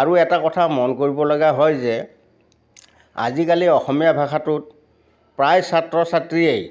আৰু এটা কথা মন কৰিবলগা হয় যে আজিকালি অসমীয়া ভাষাটোত প্ৰায় ছাত্ৰ ছাত্ৰীয়েই